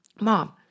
mom